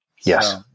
Yes